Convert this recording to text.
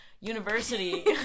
university